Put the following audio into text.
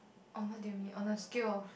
on what you mean on a scale of